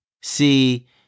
See